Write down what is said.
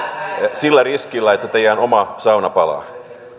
sillä riskillä että teidän oma saunanne palaa